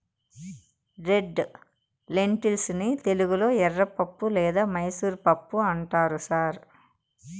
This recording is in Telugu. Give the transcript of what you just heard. రెడ్ లెన్టిల్స్ ని తెలుగులో ఎర్రపప్పు లేదా మైసూర్ పప్పు అంటారు సార్